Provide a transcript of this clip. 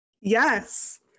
Yes